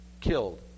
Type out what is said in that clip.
killed